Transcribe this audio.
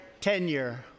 tenure